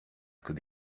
could